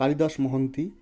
Kalidas Mohanty